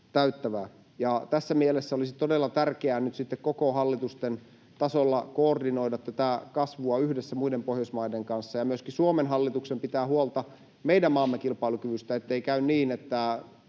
Tässä mielessä olisi todella tärkeää nyt sitten koko hallitusten tasolla koordinoida tätä kasvua yhdessä muiden Pohjoismaiden kanssa, ja myöskin Suomen hallituksen pitää huolta meidän maamme kilpailukyvystä, ettei käy niin, että